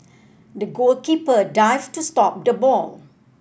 the goalkeeper dived to stop the ball